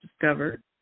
discovered